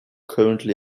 currently